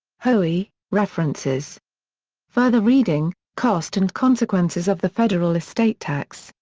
hoey references further reading cost and consequences of the federal estate tax,